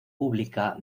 pública